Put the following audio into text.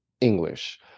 English